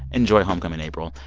enjoy homecoming, april.